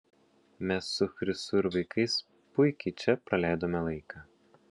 mes su chrisu ir vaikais puikiai čia praleidome laiką